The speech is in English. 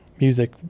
music